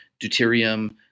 deuterium